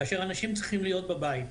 כאשר אנשים צריכים להיות בבית.